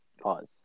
Pause